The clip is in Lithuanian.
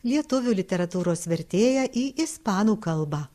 lietuvių literatūros vertėja į ispanų kalbą